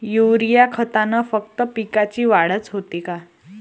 Urea खतानं फक्त पिकाची वाढच होते का?